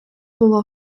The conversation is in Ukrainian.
було